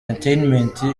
entertainment